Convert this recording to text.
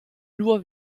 nur